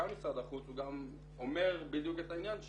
משרד החוץ הוא גם אומר בדיוק את העניין,